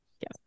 Yes